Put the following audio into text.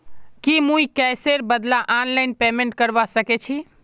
की मुई कैशेर बदला ऑनलाइन पेमेंट करवा सकेछी